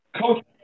Coach